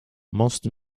most